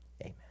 Amen